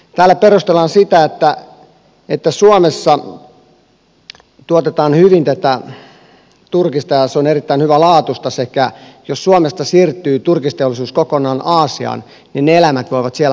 täällä perustellaan sitä että suomessa tuotetaan hyvin tätä turkista ja se on erittäin hyvälaatuista ja jos suomesta siirtyy turkisteollisuus kokonaan aasiaan niin ne eläimet voivat siellä huonommin